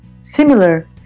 similar